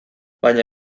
baina